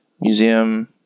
Museum